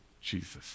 Jesus